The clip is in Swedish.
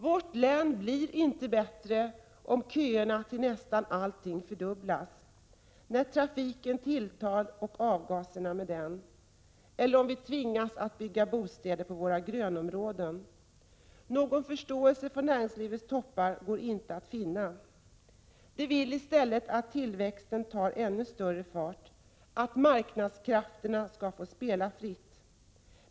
Vårt län blir inte bättre om köerna till nästan allting fördubblas, när trafiken tilltar och avgaserna med den eller om vi tvingas att bygga bostäder på våra grönområden. Någon förståelse från näringslivets toppar går inte att finna. De vill i stället att tillväxten tar ännu större fart, att marknadskrafterna skall få spela fritt.